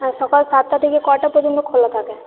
হ্যাঁ সকাল সাতটা থেকে কটা পর্যন্ত খোলা থাকে